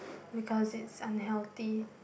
because it's unhealthy